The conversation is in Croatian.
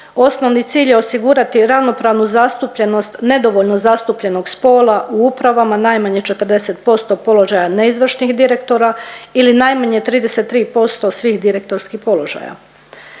osnovni cilj je osigurati ravnopravnu zastupljenost nedovoljno zastupljenog spola u upravama, najmanje 40% položaja neizvršnih direktora ili najmanje 33% svih direktorskih položaja.